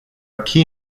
key